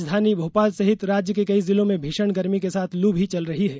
राजधानी भोपाल सहित राज्य के कई जिलों में भीषण गर्मी के साथ लू भी चल रही है